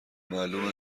معلومه